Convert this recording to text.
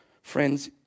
Friends